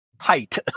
Height